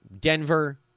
Denver